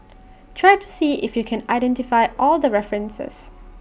try to see if you can identify all the references